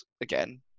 again